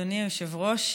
אדוני היושב-ראש.